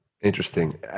Interesting